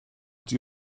dwi